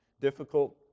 difficult